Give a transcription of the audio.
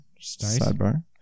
Sidebar